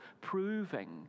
proving